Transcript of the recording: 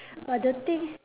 but the thing